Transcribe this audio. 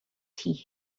tea